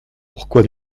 pourquoi